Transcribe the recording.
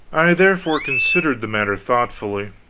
i therefore considered the matter thoughtfully,